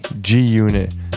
G-Unit